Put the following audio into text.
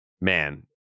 man